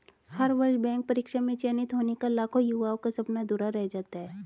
हर वर्ष बैंक परीक्षा में चयनित होने का लाखों युवाओं का सपना अधूरा रह जाता है